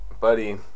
buddy